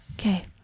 Okay